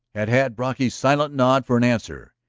had had brocky's silent nod for an answer.